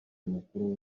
mukuru